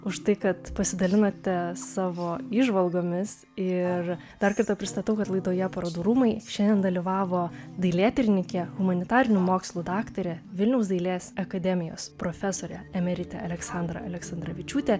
už tai kad pasidalinote savo įžvalgomis ir dar kartą pristatau kad laidoje parodų rūmai šiandien dalyvavo dailėtyrininkė humanitarinių mokslų daktarė vilniaus dailės akademijos profesorė emeritė aleksandra aleksandravičiūtė